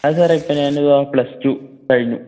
ആ സാറെ ഇപ്പം ഞാൻ പ്ലസ്ടു കഴിഞ്ഞു